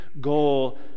goal